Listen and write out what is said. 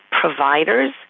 providers